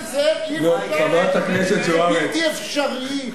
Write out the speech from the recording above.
חבר הכנסת זאב, אי-אפשר, זה בלתי אפשרי.